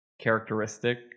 characteristic